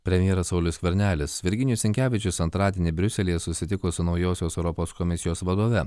premjeras saulius skvernelis virginijus sinkevičius antradienį briuselyje susitiko su naujosios europos komisijos vadove